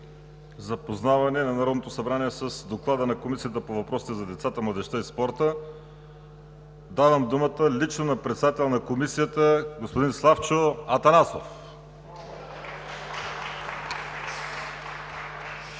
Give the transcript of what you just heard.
запознаване на Народното събрание с Доклада на Комисията по въпросите на децата, младежта и спорта давам думата лично на председателя на Комисията господин Славчо Атанасов! (Весело